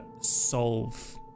solve